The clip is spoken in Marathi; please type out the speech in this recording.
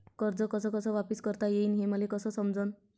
कर्ज कस कस वापिस करता येईन, हे मले कस समजनं?